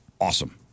awesome